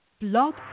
Blog